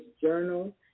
journal